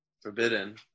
forbidden